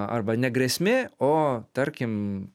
arba ne grėsmė o tarkim